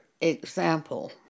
example